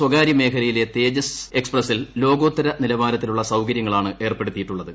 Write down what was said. സ്വകാരൃമേഖലയിലെ തേജ്സ് എക്സ്പ്രസിൽ ലോകോത്തര നിലവാരത്തിലുള്ള സൌകൃതൃങ്ങളാണ് ഏർപ്പെടുത്തിയിട്ടുള്ളത്